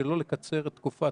לבוש של מחלקת קורונה מלאה.